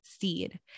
Seed